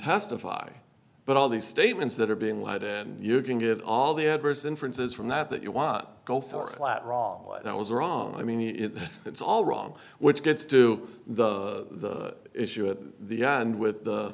testify but all these statements that are being lead and you can get all the adverse inferences from that that you want go far wrong and i was wrong i mean it's all wrong which gets to the issue at the end with the